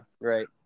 right